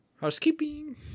Housekeeping